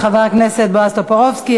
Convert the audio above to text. תודה רבה לחבר הכנסת בועז טופורובסקי.